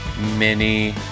mini